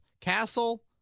Castle